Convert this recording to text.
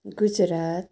Gujarat